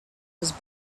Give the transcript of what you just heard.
was